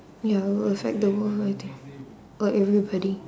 ya will affect the world I think or everybody